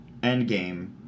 Endgame